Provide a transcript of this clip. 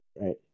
right